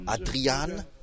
Adrian